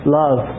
love